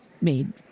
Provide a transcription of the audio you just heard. made